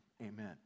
amen